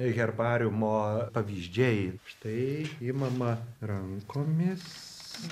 herbariumo pavyzdžiai štai imama rankomis